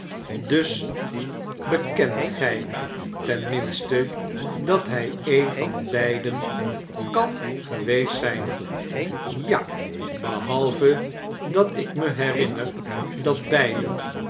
dus bekemvgjj ten minste dat hij een van beiden kan geweest zyn ja behalve dat ik me herinner dat beiden